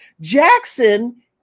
Jackson